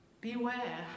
Beware